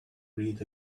read